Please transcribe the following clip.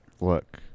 look